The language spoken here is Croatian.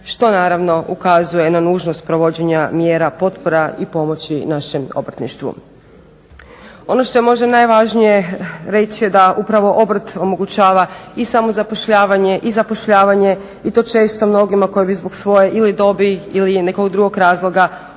što naravno ukazuje na nužnost provođenja mjera potpora i pomoći našem obrtništvu. Ono što je možda najvažnije reći je da upravo obrt omogućava i samozapošljavanje i zapošljavanje i to često mnogima koji bi zbog svoje ili dobi ili nekog drugog razloga ostali